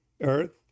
earth